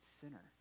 sinner